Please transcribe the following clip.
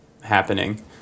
happening